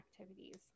activities